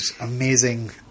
amazing